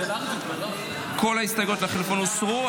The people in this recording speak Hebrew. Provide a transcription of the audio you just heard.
כל ההסתייגויות לחלופין הוסרו.